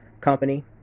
company